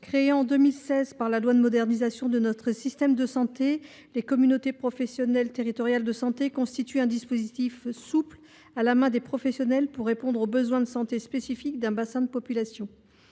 Créées en 2016 par la loi de modernisation de notre système de santé, les communautés professionnelles territoriales de santé constituent un dispositif souple à la main des professionnels pour répondre aux besoins de santé spécifiques d’un bassin de population.